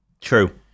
True